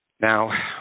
Now